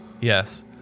Yes